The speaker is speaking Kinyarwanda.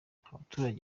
abaturage